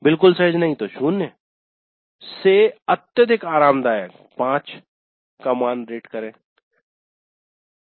बिल्कुल सहज नहीं 0 से अत्यधिक आरामदायक 5